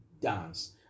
dance